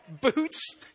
boots